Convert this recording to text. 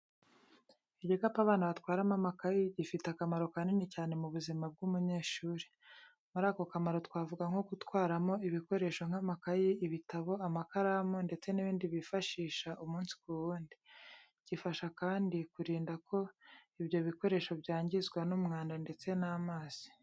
Igikapu abana batwaramo amakayi, gifite akamaro kanini cyane mu buzima bw’umunyeshuri. Muri ako kamaro twavuga nko gutwaramo ibikoresho nk'amakayi, ibitabo, amakaramu ndetse n'ibindi bifashisha umunsi ku wundi. Gifasha kandi kurinda ko ibyo ibikoresho byangizwa n'umwanda ndetse n'amazi.